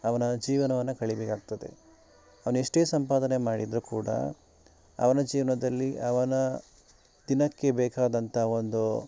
ಅವನ ಜೀವನವನ್ನು ಕಳಿಬೇಕಾಗ್ತದೆ ಅವನೆಷ್ಟೇ ಸಂಪಾದನೆ ಮಾಡಿದರೂ ಕೂಡ ಅವನ ಜೀವನದಲ್ಲಿ ಅವನ ದಿನಕ್ಕೆ ಬೇಕಾದಂಥ ಒಂದು